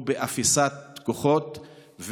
הוא באפיסת כוחות,